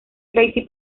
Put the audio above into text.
tracy